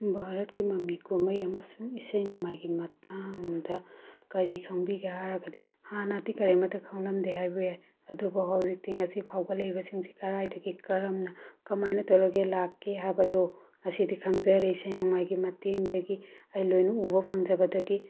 ꯚꯥꯔꯠꯀꯤ ꯃꯃꯤ ꯀꯨꯝꯃꯩ ꯑꯃꯁꯨꯡ ꯏꯁꯩ ꯅꯣꯡꯃꯥꯏꯒꯤ ꯃꯇꯥꯡꯗ ꯀꯔꯤ ꯈꯪꯕꯤꯒꯦ ꯍꯥꯏꯔꯒꯗꯤ ꯍꯥꯟꯅꯗꯤ ꯀꯔꯤꯃꯠꯇ ꯈꯪꯂꯝꯗꯦ ꯍꯥꯏꯕ ꯌꯥꯏ ꯑꯗꯨꯕꯨ ꯍꯧꯖꯤꯛꯇꯤ ꯉꯁꯤ ꯐꯥꯎꯕ ꯂꯩꯔꯤꯕꯁꯤꯡꯁꯤ ꯀꯗꯥꯏꯗꯒꯤ ꯀꯔꯝꯅ ꯀꯃꯥꯏꯅ ꯇꯧꯔꯒꯦ ꯂꯥꯛꯀꯦ ꯍꯥꯏꯕꯗꯣ ꯉꯁꯤꯗꯤ ꯈꯪꯖꯔꯦ ꯏꯁꯩ ꯅꯣꯡꯃꯥꯏꯒꯤ ꯃꯇꯦꯡꯗꯒꯤ ꯑꯩ ꯂꯣꯏꯅ ꯎꯕ ꯐꯪꯖꯕꯗꯒꯤ